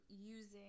using